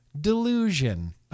delusion